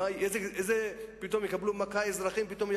איזו מכה האזרחים יקבלו פתאום,